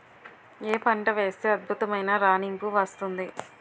ఏ పంట వేస్తే అద్భుతమైన రాణింపు వస్తుంది?